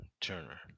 Turner